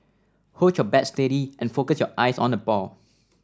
hold your bat steady and focus your eyes on the ball